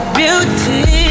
beauty